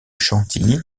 chantilly